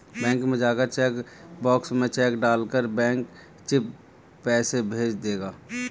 bank में जाकर cheque box में चेक डाल कर बैंक चिप्स पैसे भेज देगा